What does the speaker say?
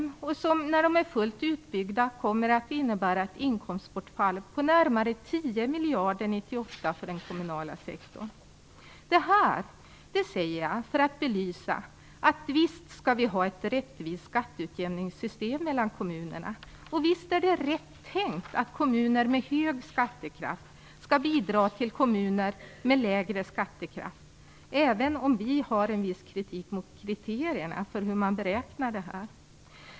Egenavgifterna kommer, när de är fullt utbyggda, att innebära ett inkomstbortfall på närmare 10 miljarder kronor 1998 Det här säger jag för att belysa, att visst skall vi ha ett rättvist skatteutjämningssystem mellan kommunerna, och visst är det rätt tänkt att kommuner med hög skattekraft skall bidra till kommuner med lägre skattekraft, även om vi har en viss kritik mot kriterierna för hur man beräknar det här.